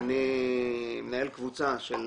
אני זוכה, אני מנהל קבוצה של